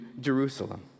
Jerusalem